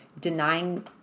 denying